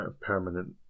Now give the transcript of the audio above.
Permanent